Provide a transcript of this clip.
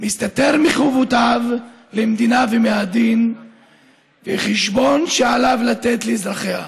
מסתתר מחובותיו למדינה ומהדין וחשבון שעליו לתת לאזרחיה.